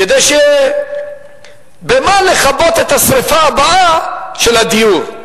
כדי שיהיה במה לכבות את השרפה הבאה, של הדיור.